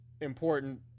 important